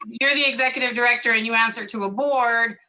you're the executive director, and you answer to a board.